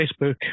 facebook